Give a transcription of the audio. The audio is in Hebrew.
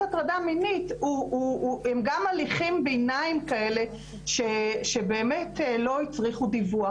הטרדה מינית הם גם הליכי ביניים כאלה שבאמת לא הצריכו דיווח.